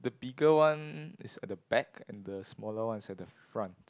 bigger is at the back and the smaller one is at the front